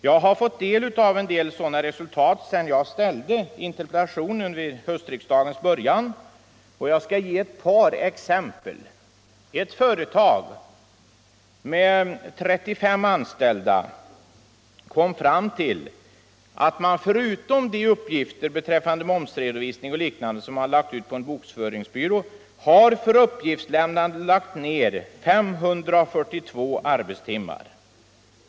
Jag har fått del av några sådana noteringar sedan jag ställde interpellationen vid höstriksdagens början, och jag skall ge ett par exempel. Ett företag med 35 anställda kommer fram till att man lagt ner 542 arbetstimmar på uppgiftslämnande förutom att en del uppgifter beträffande momsredovisning och liknande lagts ut på en bokföringsbyrå.